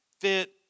fit